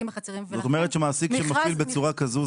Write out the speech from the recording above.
זאת אומרת שמעסיק שמפעיל בצורה כזו,